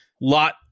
lot